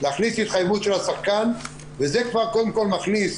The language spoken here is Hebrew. להכניס התחייבות של השחקן וזה כבר קודם כל מכניס